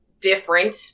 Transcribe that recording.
different